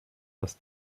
das